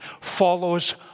follows